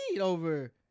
over